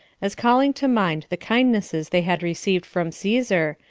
as calling to mind the kindnesses they had received from caesar,